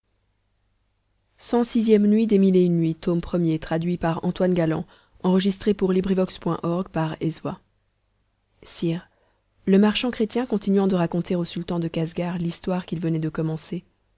sire le marchand chrétien continuant de raconter au sultan de casgar l'histoire qu'il venait de commencer